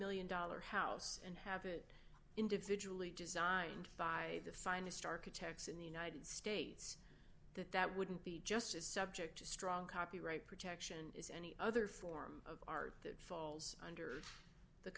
million dollars house and have it individually designed by the finest architects in the united states that that wouldn't be just as subject to strong copyright protection is any other form of art that falls under the